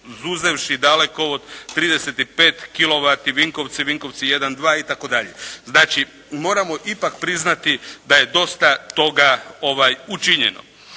izuzevši dalekovod 35 kilovati, Vinkovci, Vinkovci 1, 2 i tako dalje.» Znači moramo ipak priznati da je dosta toga učinjeno.